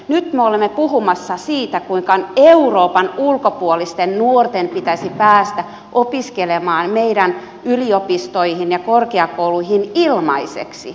nyt me olemme puhumassa siitä kuinka euroopan ulkopuolisten nuorten pitäisi päästä opiskelemaan meidän yliopistoihimme ja korkeakouluihimme ilmaiseksi